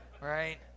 right